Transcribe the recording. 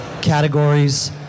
categories